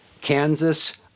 Kansas